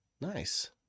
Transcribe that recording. Nice